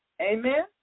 Amen